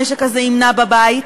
הנשק הזה ימנע בבית?